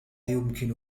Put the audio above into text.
يمكن